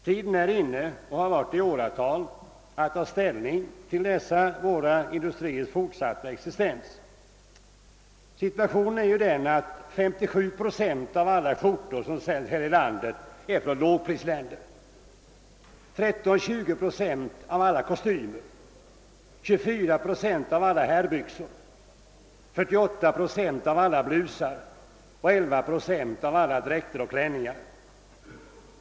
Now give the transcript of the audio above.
Tiden är nu inne — och har varit det i åratal — att ta ställning till dessa våra industriers fortsatta existens. Situationen är ju den att 57 procent av alla skjortor som säljs här i landet kommer från lågprisländerna. Detsamma gäller 13—20 procent av alla kostymer, 24 procent av alla herrbyxor, 48 procent av alla blusar och 11 procent av alla dräkter och klänningar.